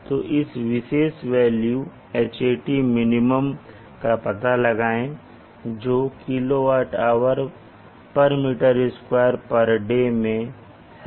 तो इस विशेष वैल्यू Hat min का पता लगाएं जो kWhm2day मैं है